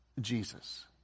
jesus